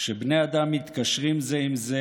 שבני אדם מתקשרים זה עם זה